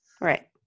Right